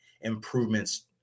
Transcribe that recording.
improvements